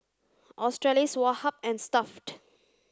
Australis Woh Hup and Stuff'd